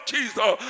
Jesus